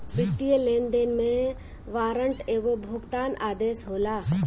वित्तीय लेनदेन में वारंट एगो भुगतान आदेश होला